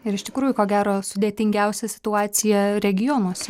ir iš tikrųjų ko gero sudėtingiausia situacija regionuose